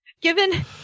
Given